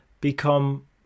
become